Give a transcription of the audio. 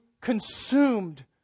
consumed